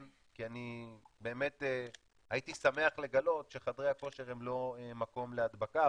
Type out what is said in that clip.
כי אני הייתי באמת שמח לגלות שחדרי הכושר הם לא מקום להדבקה,